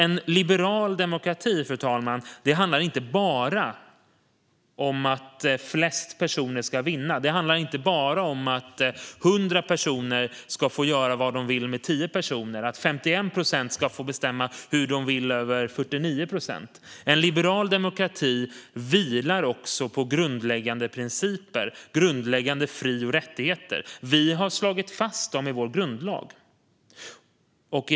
En liberal demokrati, fru talman, handlar inte bara om att flest personer ska vinna. Det handlar inte bara om att hundra personer ska få göra vad de vill med tio personer eller att 51 procent ska få bestämma hur de vill över 49 procent. En liberal demokrati vilar också på grundläggande principer, grundläggande fri och rättigheter. Vi har slagit fast dem i vår grundlag.